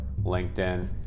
linkedin